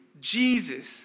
Jesus